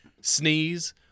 sneeze